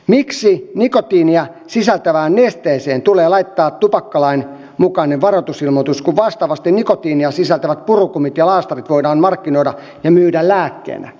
miksi nikotiinia sisältävään nesteeseen tulee laittaa tupakkalain mukainen varoitusilmoitus kun vastaavasti nikotiinia sisältävät purukumit ja laastarit voidaan markkinoida ja myydä lääkkeenä